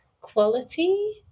quality